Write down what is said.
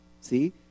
See